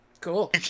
Cool